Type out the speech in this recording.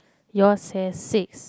yours has six